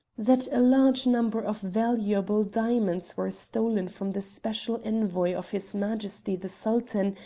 that a large number of valuable diamonds were stolen from the special envoy of his majesty the sultan,